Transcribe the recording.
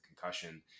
concussion